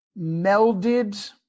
melded